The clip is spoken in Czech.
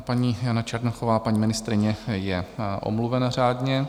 Paní Jana Černochová, paní ministryně, je omluvena řádně.